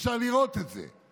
אפשר לראות את זה.